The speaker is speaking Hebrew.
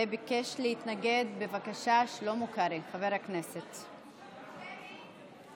ביקש להתנגד, בבקשה, חבר הכנסת שלמה קרעי.